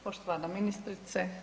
Poštovana ministrice.